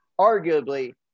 arguably